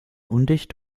undicht